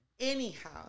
Anyhow